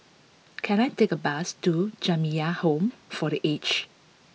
can I take a bus to Jamiyah Home for the Aged